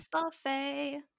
Buffet